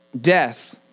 death